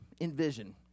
envision